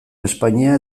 espainia